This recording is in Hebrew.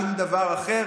שום דבר אחר